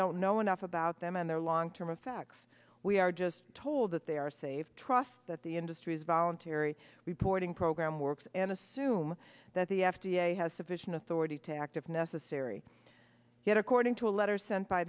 don't know enough about them and their long term effects we are just told that they are save trust that the industry's voluntary reporting program works and assume that the f d a has sufficient authority to act if necessary yet according to a letter sent by